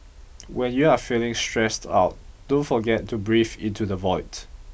when you are feeling stressed out don't forget to breathe into the void